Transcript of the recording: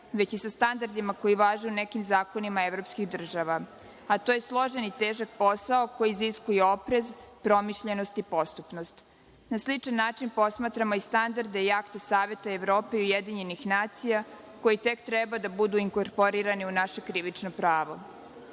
već i sa standardima koji važe u nekim zakonima evropskih država, a to je složen i težak posao koji iziskuje oprez, promišljenost i postupnost. Na sličan način posmatramo i standarde i akte Saveta Evrope i UN, koji tek treba da budu inkorporirani u naše krivično pravo.